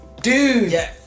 Dude